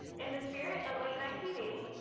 in the spirit of late night tv,